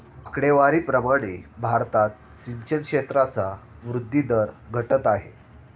आकडेवारी प्रमाणे भारतात सिंचन क्षेत्राचा वृद्धी दर घटत आहे